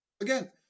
Again